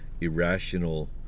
Irrational